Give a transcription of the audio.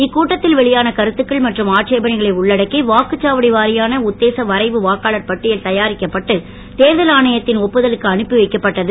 இக்கூட்டத்தில் வெளியாக கருத்துக்கள் மற்றும் ஆட்சேபனைகளை உள்ளடக்கி வாக்குச்சாவடி வாரியான உத்தேச வரைவு வாக்காளர் பட்டியல் தயாரிக்கப்பட்டு தேர்தல் ஆணையத்தின் ஒப்புதலுக்கு அனுப்பி வைக்கப்பட்டது